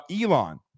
Elon